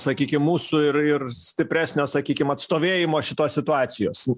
sakykim mūsų ir ir stipresnio sakykim atstovėjimo šitos situacijos